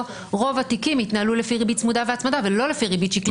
רוב התיקים יתנהלו לפי ריבית צמודה והצמדה ולא לפי ריבית שקלית,